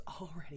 already